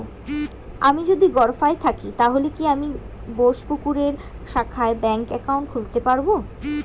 আমি যদি গরফায়ে থাকি তাহলে কি আমি বোসপুকুরের শাখায় ব্যঙ্ক একাউন্ট খুলতে পারবো?